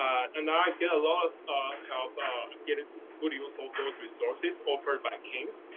and i get a lot of of help, ah get good use of those resources offered by king's.